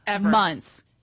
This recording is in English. months